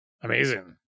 Amazing